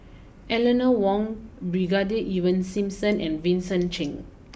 Eleanor Wong Brigadier Ivan Simson and Vincent Cheng